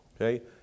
Okay